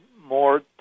more